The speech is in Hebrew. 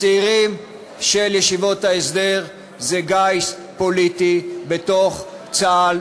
הצעירים של ישיבות ההסדר זה גיס פוליטי בתוך צה"ל,